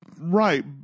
Right